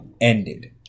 ended